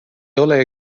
ole